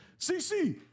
CC